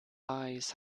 eyes